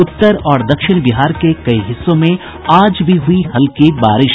उत्तर और दक्षिण बिहार के कई हिस्सों में आज भी हुई हल्की बारिश